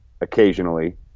occasionally